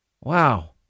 Wow